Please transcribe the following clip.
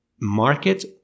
market